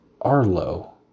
Arlo